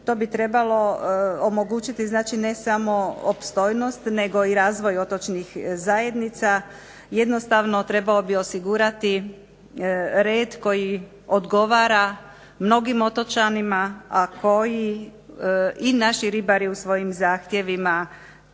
To bi trebalo omogućiti ne samo opstojnost nego i razvoj otočnih zajednica, jednostavno trebao bi osigurati red koji odgovara mnogim otočanima, a koji i naši ribari u svojim zahtjevima